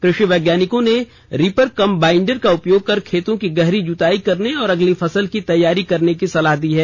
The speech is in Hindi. कृषि वैज्ञानिकों ने रीपर कम बाइंडर का उपयोग कर खेतों की गहरी जूताई करने और अगली फसल की तैयारी करने की सलाह दी है